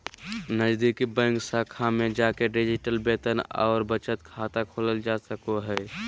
नजीदीकि बैंक शाखा में जाके डिजिटल वेतन आर बचत खाता खोलल जा सको हय